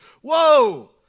whoa